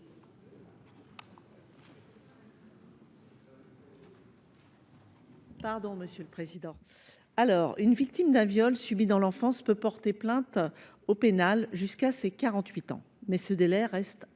Une victime d’un viol subi dans l’enfance peut porter plainte au pénal jusqu’à ses 48 ans. Mais ce délai reste forcément